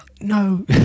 no